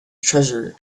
treasure